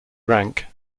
rank